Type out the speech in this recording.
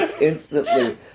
instantly